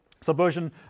Subversion